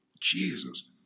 Jesus